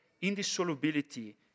indissolubility